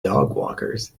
dogwalkers